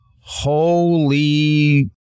Holy